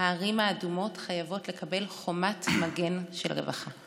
הערים האדומות חייבות לקבל חומת מגן של רווחה.